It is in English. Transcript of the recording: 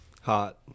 hot